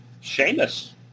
Sheamus